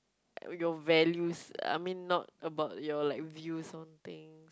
your values I mean not about your like views on things